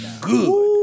good